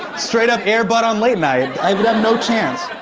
straight up air bud on late night. i'd have no chance.